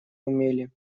умели